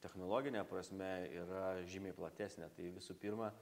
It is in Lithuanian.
technologine prasme yra žymiai platesnė tai visų pirma